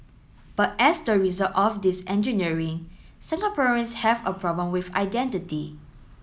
but as the result of this engineering Singaporeans have a problem with identity